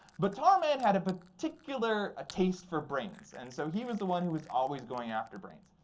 but tar man had a particular ah taste for brains. and so he was the one who was always going after brains.